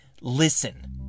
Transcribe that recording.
Listen